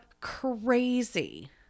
crazy